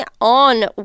on